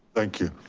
thank you.